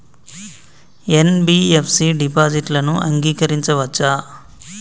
NBFC డిపాజిట్లను అంగీకరించవచ్చా?